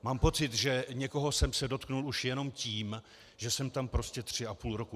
Mám pocit, že někoho jsem se dotkl už jenom tím, že jsem tam prostě 3,5 roku.